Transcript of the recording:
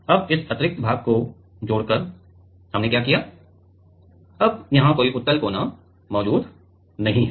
अब इस अतिरिक्त भाग को जोड़कर हमने क्या किया है अब कोई उत्तल कोना मौजूद नहीं है